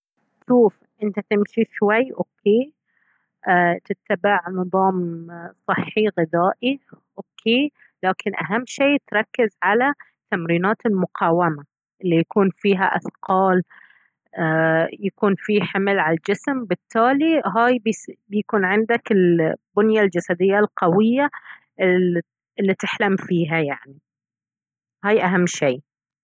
شوف انت تمشي شوي اوكي ايه تتبع نظام صحي غذائي اوكي لكن اهم شي تركز على تمرينات المقاومة الي يكون فيها اثقال ايه يكون فيه حمل على الجسم بالتالي هاي بيكون عندك البنية الجسدية القوية الي تحلم فيها يعني هاي اهم شي